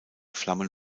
flammen